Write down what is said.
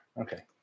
Okay